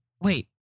Wait